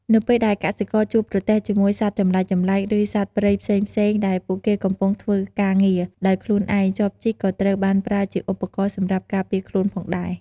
នៅពេលដែលកសិករជួបប្រទះជាមួយសត្វចម្លែកៗ ឬសត្វព្រៃផ្សេងៗដែលពួកគេកំពុងធ្វើការងារដោយខ្លួនឯង ចបជីកក៏ត្រូវបានប្រើជាឧបករណ៍សម្រាប់ការពារខ្លួនផងដែរ។